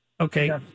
Okay